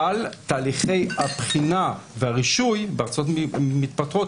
אבל תהליכי הבחינה והרישוי בארצות מתפתחות